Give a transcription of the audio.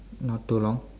not too long